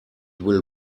will